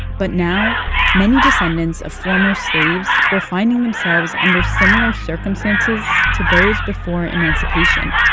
but now many descendants of former slaves were finding themselves under similar circumstances to those before emancipation,